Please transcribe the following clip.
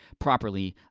properly,